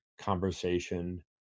conversation